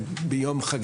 וחג